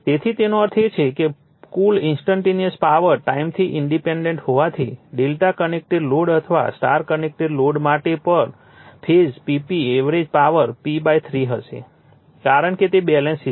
તેથી તેનો અર્થ એ છે કે કુલ ઇન્સ્ટન્ટટેનિયસ પાવર ટાઈમથી ઇંડિપેંડેન્ટ હોવાથી Δ કનેક્ટેડ લોડ અથવા સ્ટાર કનેક્ટેડ લોડ માટે પર phase Pp average power P3 હશે કારણ કે તે બેલેન્સ સિસ્ટમ છે